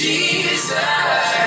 Jesus